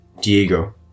Diego